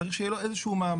צריך שיהיה לו איזה מעמד.